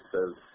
says